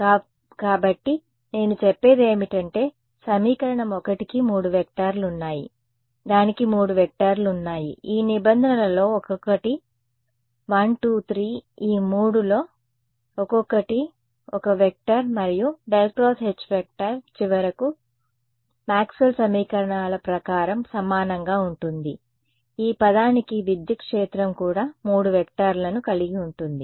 కాబట్టి నేను చెప్పేదేమిటంటే సమీకరణం 1కి 3 వెక్టర్లు ఉన్నాయి దానికి 3 వెక్టర్లు ఉన్నాయి ఈ నిబంధనలలో ఒక్కొక్కటి 1 2 3 ఈ 3లో ఒక్కొక్కటి 1 వెక్టర్ మరియు ∇× H చివరకు మాక్స్వెల్ సమీకరణాల ప్రకారం సమానంగా ఉంటుంది ఈ పదానికి విద్యుత్ క్షేత్రం కూడా 3 వెక్టర్లను కలిగి ఉంటుంది